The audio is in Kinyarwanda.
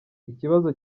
ikibazo